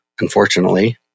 unfortunately